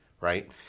right